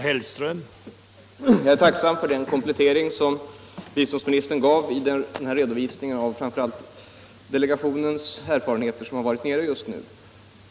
Herr talman! Jag är tacksam för den komplettering som biståndsministern gav genom redovisningen av delegationens erfarenheter från platsen.